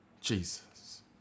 Jesus